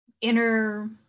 inner